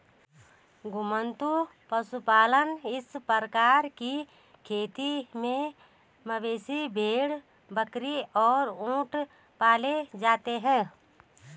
घुमंतू पशुपालन इस प्रकार की खेती में मवेशी, भेड़, बकरी और ऊंट पाले जाते है